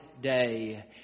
day